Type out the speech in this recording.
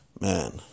man